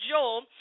Joel